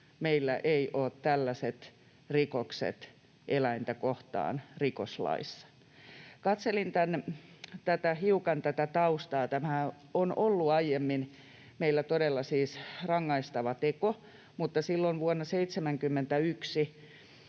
meillä eivät ole tällaiset rikokset eläintä kohtaan rikoslaissa. Katselin hiukan tätä taustaa: Tämähän on ollut aiemmin meillä todella siis rangaistava teko, mutta silloin vuonna 71